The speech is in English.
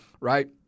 right